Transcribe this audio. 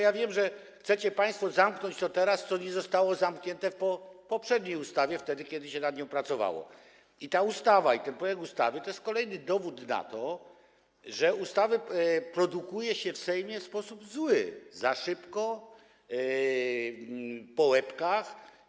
Ja wiem, że chcecie państwo zamknąć teraz to, co nie zostało zamknięte w poprzedniej ustawie, wtedy kiedy się nad nią pracowało, ale ten projekt ustawy to kolejny dowód na to, że ustawy produkuje się w Sejmie w sposób zły, za szybko, po łebkach.